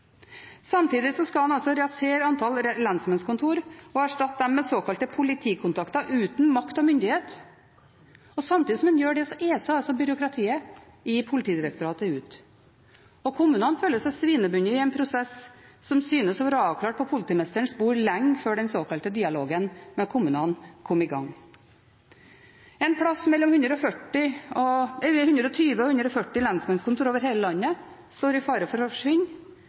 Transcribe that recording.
Samtidig skal en altså rasere antall lensmannskontor og erstatte dem med såkalte politikontakter uten makt og myndighet, og samtidig som en gjør det, eser byråkratiet i Politidirektoratet ut. Kommunene føler seg svinebundet i en prosess som synes å ha vært avklart på politimesterens bord lenge før den såkalte dialogen med kommunene kom i gang. En plass mellom 120 og 140 lensmannskontor over hele landet står i fare for å forsvinne,